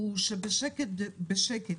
בשקט-בשקט